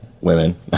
Women